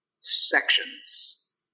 sections